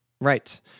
Right